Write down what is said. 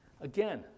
Again